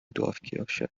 dorfkirche